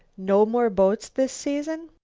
no more boats this season?